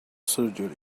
surgery